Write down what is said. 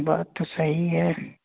बात तो सही है